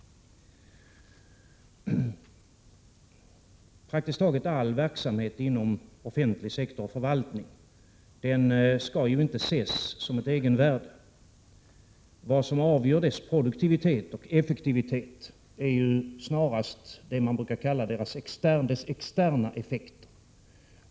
Praktiskt taget all verksamhet inom offentlig sektor och förvaltning skall inte ses som ett egenvärde. Vad som avgör dess produktivitet och effektivitet är snarast det man brukar kalla dess externa effekter.